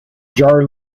jar